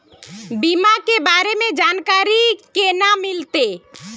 बीमा के बारे में जानकारी केना मिलते?